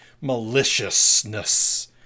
maliciousness